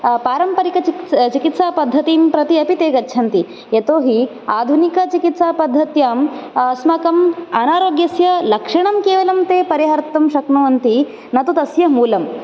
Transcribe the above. पारम्परिचि चिकित्सापद्धतिं प्रति अपि ते गच्छन्ति यतोहि आधुनिकचिकित्सापद्धत्यां अस्माकं अनारोग्यस्य लक्षणं केवलं ते परिहर्तुं शक्नुवन्ति न तु तस्य मूलं